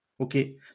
okay